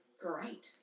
great